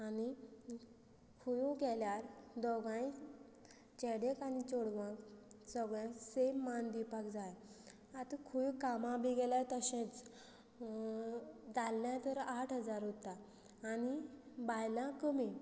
आनी खूंय गेल्यार दोगांय चेडेक आनी चोडवांक सगळ्या सेम मान दिवपाक जाय आतां खूंय कामां बी गेल्यार तशेंच दादल्या तर आठ हजार उरता आनी बायलां कमी